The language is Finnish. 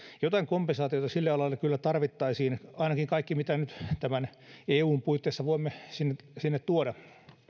jotain kompensaatiota sille alalle kyllä tarvittaisiin ainakin kaikki mitä nyt tämän eun puitteissa voimme sinne tuoda